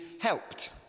helped